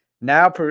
Now